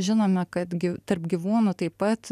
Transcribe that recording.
žinome kad gi tarp gyvūnų taip pat